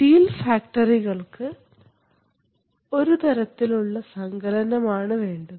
steel ഫാക്ടറികൾക്ക് ഒരു തരത്തിലുള്ള സങ്കലനം ആണ് വേണ്ടത്